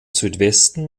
südwesten